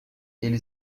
ele